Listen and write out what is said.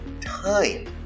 time